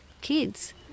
kids